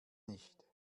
nicht